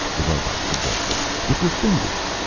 the robot suggested. with your fingers.